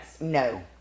No